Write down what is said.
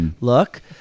look